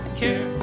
care